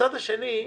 מהצד השני,